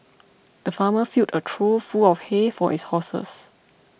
the farmer filled a trough full of hay for his horses